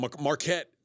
Marquette